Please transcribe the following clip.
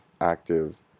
active